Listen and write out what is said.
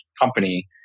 company